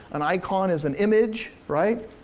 an icon is an image, right?